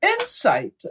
insight